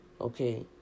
Okay